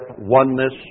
oneness